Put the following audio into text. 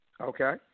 Okay